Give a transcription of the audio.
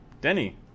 Denny